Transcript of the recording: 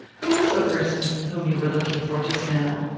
who was the person whom you were looking for just now?